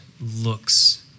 looks